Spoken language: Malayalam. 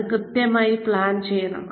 അത് കൃത്യമായി പ്ലാൻ ചെയ്യണം